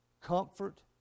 comfort